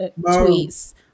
tweets